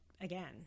again